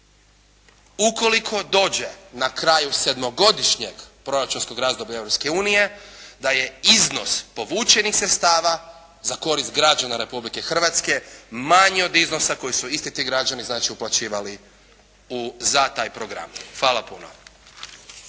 ukoliko dođe na kraju sedmogodišnjeg proračunskog razdoblja Europske unije da je iznos povučenih sredstava za korist građana Republike Hrvatske manji od iznosa koji su isti ti građani znači uplaćivali za taj program. Hvala puno.